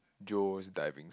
Joe's diving